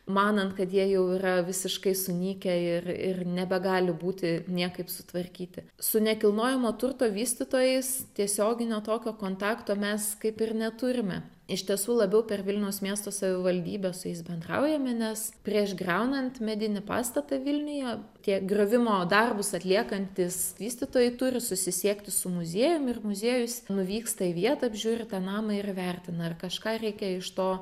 manant kad jie jau yra visiškai sunykę ir ir nebegali būti niekaip sutvarkyti su nekilnojamo turto vystytojais tiesioginio tokio kontakto mes kaip ir neturime iš tiesų labiau per vilniaus miesto savivaldybę su jais bendraujame nes prieš griaunant medinį pastatą vilniuje tie griovimo darbus atliekantys vystytojai turi susisiekti su muziejum ir muziejus nuvyksta į vietą apžiūri tą namą ir įvertina ar kažką reikia iš to